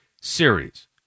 series